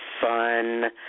fun